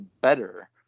better